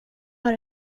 har